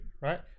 right